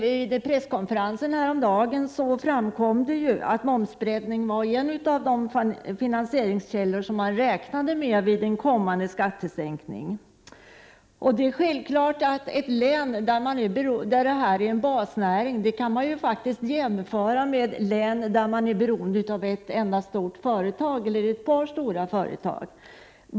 Vid presskonferensen häromdagen framkom det ju att moms 19 breddning var en av de finansieringskällor som man räknade med vid en kommande sänkning av inkomstskatten. Ett län där turistnäringen är en basnäring kan faktiskt jämföras med ett län där man är beroende av ett enda stort företag eller ett par stora företag.